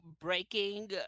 breaking